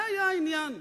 זה היה העניין.